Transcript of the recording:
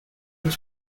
was